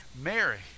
Mary